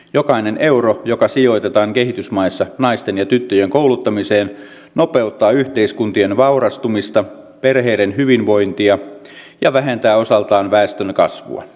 jokainen euro joka sijoitetaan kehitysmaissa naisten ja tyttöjen kouluttamiseen nopeuttaa yhteiskuntien vaurastumista perheiden hyvinvointia ja vähentää osaltaan väestönkasvua